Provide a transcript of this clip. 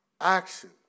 action